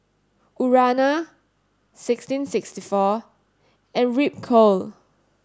Urana sixteen sixty four and Ripcurl